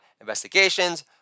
investigations